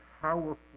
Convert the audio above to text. powerful